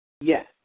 Yes